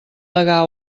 degà